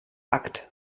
akt